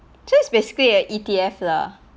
actually it's basically a E_T_F lah